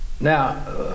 Now